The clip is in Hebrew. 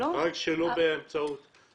רק שלא באמצעות הפיקדון.